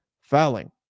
fouling